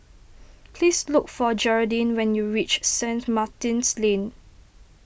please look for Geraldine when you reach Saint Martin's Lane